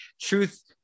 truth